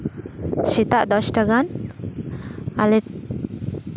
ᱥᱮᱛᱟᱜ ᱫᱚᱥᱴᱟ ᱜᱟᱱ ᱟᱞᱮ